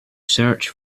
search